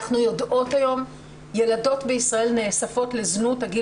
אנחנו יודעות היום שילדות בישראל נאספות לזנות והגיל